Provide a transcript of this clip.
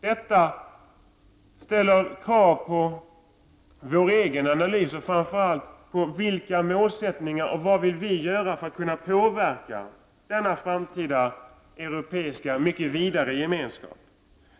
Detta ställer krav på vår egen analys och framför allt på våra målsättningar och vad vi vill göra för att kunna påverka denna framtida europeiska, mycket vidare gemenskap.